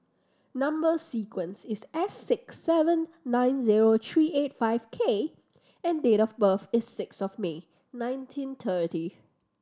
number sequence is S six seven nine zero three eight five K and date of birth is six of May nineteen thirty